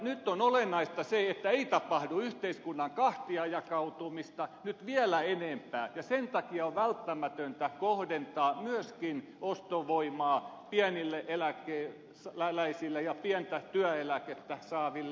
nyt on olennaista se että ei tapahdu yhteiskunnan kahtiajakautumista vielä enempää ja sen takia on välttämätöntä kohdentaa myöskin ostovoimaa pientä työ tai muuta eläkettä saaville